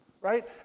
Right